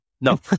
No